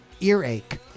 Earache